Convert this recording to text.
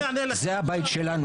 זה הבית שלנו,